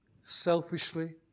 selfishly